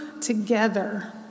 together